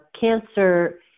cancer –